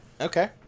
okay